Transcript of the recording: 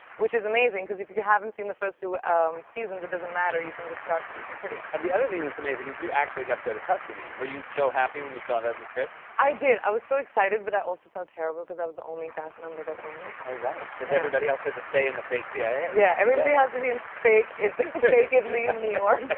which is amazing cause if you haven't seen the first two seasons, it doesn't matter. you can just start season three. and the other thing that's amazing is you actually got to go to tuscany. were you so happy when you saw that in the scripts? i did. i was so excited, but i also felt terrible because i was the only cast member that went. oh, right. cause everybody else had to stay in the fake cia. yeah, everybody has to be in fake italy in new york.